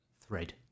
thread